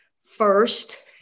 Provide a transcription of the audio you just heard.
first